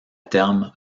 terme